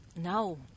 No